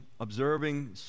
observing